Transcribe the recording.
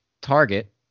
target